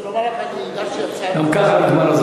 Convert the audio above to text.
גם ככה נגמר הזמן.